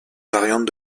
variante